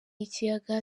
y’ikiyaga